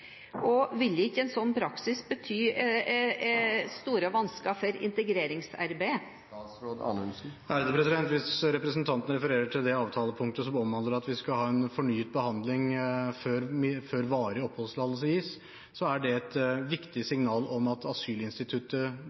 Og vil ikke en slik praksis bety store vansker for integreringsarbeidet? Hvis representanten refererer til det avtalepunktet som omhandler at vi skal ha en fornyet behandling før varig oppholdstillatelse gis, er det et viktig signal om at asylinstituttet